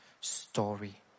story